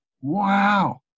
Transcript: wow